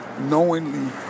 knowingly